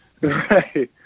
Right